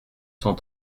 cent